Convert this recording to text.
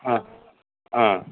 ஆ ஆ